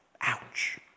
ouch